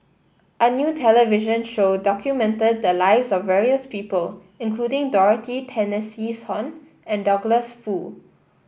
a new television show documented the lives of various people including Dorothy and Douglas Foo